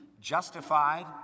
justified